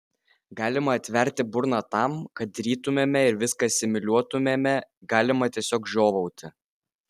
galima atverti burną tam kad rytumėme ir viską asimiliuotumėme galima tiesiog žiovauti